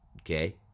okay